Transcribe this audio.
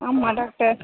ஆமாம் டாக்டர்